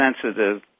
sensitive